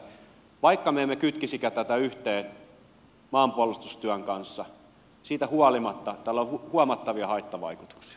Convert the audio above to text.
vaikka me emme kytkisikään tätä yhteen maanpuolustustyön kanssa siitä huolimatta tällä on huomattavia haittavaikutuksia